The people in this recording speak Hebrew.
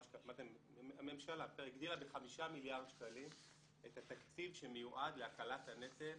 הממשלה הגדילה בכ-5 מיליארד שקלים את התקציב שמיועד להקלת הנטל